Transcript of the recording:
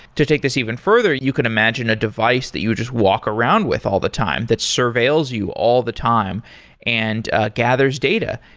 to take this even further, you can imagine a device that you just walk around with all the time that surveils you all the time and gathers data,